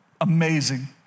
amazing